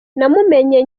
namumenye